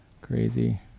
Crazy